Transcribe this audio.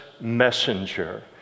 messenger